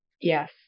Yes